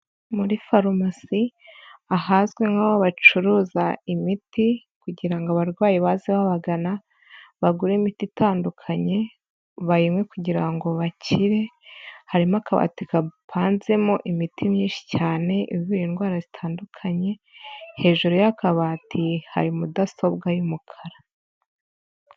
Muri farumasi ahazwi nk'aho bacuruza imiti kugira ngo abarwayi baze babagana bagure imiti itandukanye bayinwe kugira ngo bakire, harimo akabati kapanzemo imiti myinshi cyane ivura indwara zitandukanye, hejuru y'akabati hari mudasobwa y'umukara.